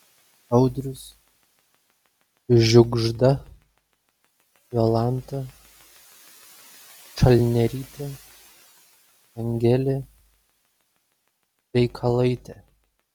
audrius žiugžda jolanta čalnerytė angelė veikalaitė